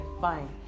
fine